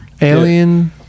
Alien